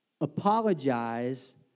Apologize